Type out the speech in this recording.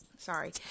Sorry